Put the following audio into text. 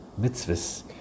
mitzvahs